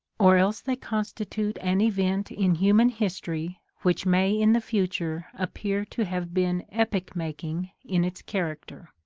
or else they constitute an event in human history which may in the future appear to have been epoch-making in its character.